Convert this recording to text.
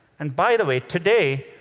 and by the way, today,